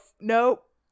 Nope